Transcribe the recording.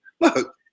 Look